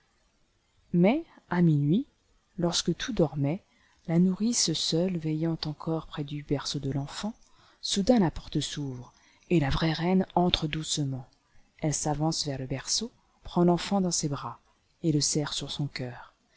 mais à minuit lorsque tout dormait la nourrice seule veillant encore près du berceau de l'enfant soudain la porte s'ouvre et la vraie reine entre doucement elle s'avance vers le berceau prend l'enfant dans ses bras et le serre sur son cœur